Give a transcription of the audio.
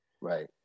Right